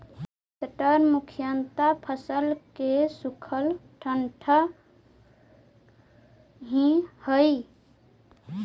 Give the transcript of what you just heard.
straw मुख्यतः फसल के सूखल डांठ ही हई